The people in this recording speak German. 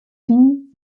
vieh